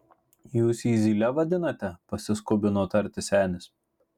jūs jį zyle vadinate pasiskubino tarti senis